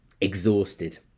exhausted